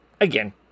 Again